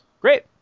Great